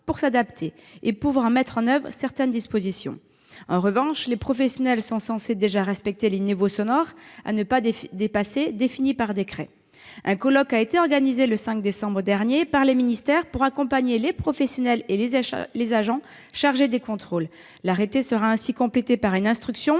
pour s'adapter et mettre en oeuvre certaines dispositions. En revanche, les professionnels sont d'ores et déjà censés respecter les niveaux sonores à ne pas dépasser définis par le décret. Un colloque a été organisé le 5 décembre dernier par les ministères concernés pour accompagner les professionnels et les agents chargés des contrôles. L'arrêté sera ainsi complété par une instruction